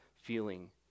feeling